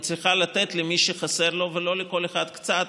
היא צריכה לתת למי שחסר לו ולא לכל אחד קצת,